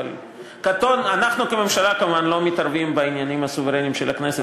אבל אנחנו כממשלה כמובן לא מתערבים בעניינים הסוברניים של הכנסת,